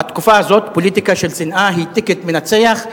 בתקופה הזאת פוליטיקה של שנאה היא "טיקט" מנצח,